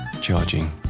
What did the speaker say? charging